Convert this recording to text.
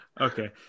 okay